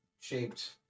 shaped